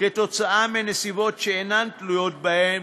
כתוצאה מנסיבות שאינן תלויות בהן,